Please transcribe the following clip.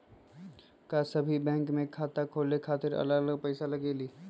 का सभी बैंक में खाता खोले खातीर अलग अलग पैसा लगेलि?